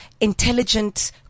intelligent